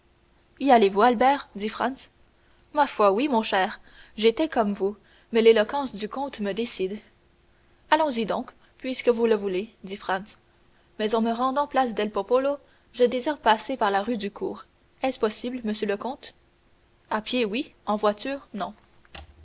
allez-vous albert dit franz ma foi oui mon cher j'étais comme vous mais l'éloquence du comte me décide allons-y donc puisque vous le voulez dit franz mais en me rendant place del popolo je désire passer par la rue du cours est-ce possible monsieur le comte à pied oui en voiture non